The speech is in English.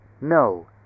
no